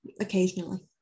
Occasionally